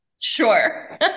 Sure